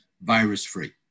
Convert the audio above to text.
virus-free